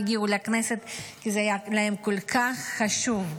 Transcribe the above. הגיעו לכנסת כי זה היה להם כל כך חשוב.